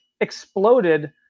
exploded